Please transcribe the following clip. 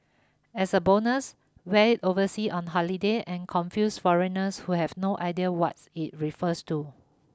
as a bonus wear oversea on holiday and confuse foreigners who have no idea what's it refers to